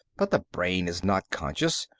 but the brain is not conscious.